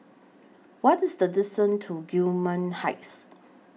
What IS The distance to Gillman Heights